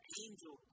angel